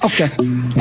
Okay